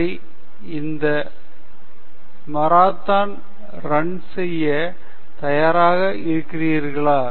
சரி இந்த marathon run செய்ய தயாராக இருக்கிறீர்களா